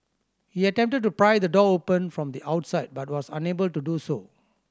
he attempted to pry the door open from the outside but was unable to do so